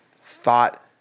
thought